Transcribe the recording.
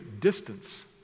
distance